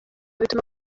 bituma